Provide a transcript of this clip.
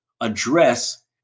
address